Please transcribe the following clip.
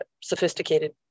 sophisticated